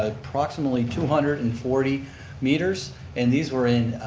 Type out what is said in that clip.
approximately two hundred and forty meters and these were in